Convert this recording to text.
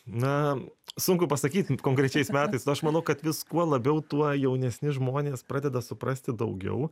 na sunku pasakyt konkrečiais metais aš manau kad vis kuo labiau tuo jaunesni žmonės pradeda suprasti daugiau